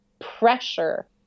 pressure